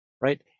right